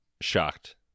shocked